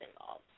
involved